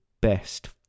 best